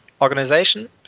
organization